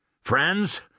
Friends